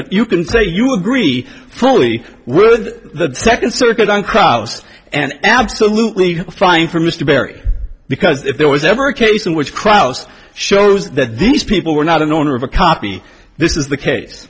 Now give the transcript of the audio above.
you can say you agree fully with the second circuit on crowds and absolutely fine for mr barry because if there was ever a case in which krauss shows that these people were not an owner of a copy this is the case